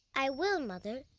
i will, mother.